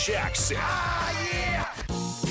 Jackson